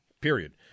period